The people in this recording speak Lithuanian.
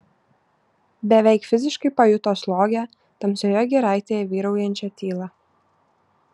beveik fiziškai pajuto slogią tamsioje giraitėje vyraujančią tylą